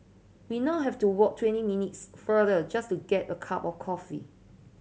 we now have to walk twenty minutes farther just to get a cup of coffee